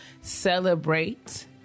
celebrate